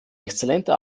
exzellente